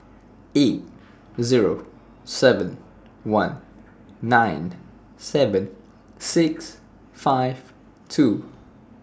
eight Zero seven one nine seven six five two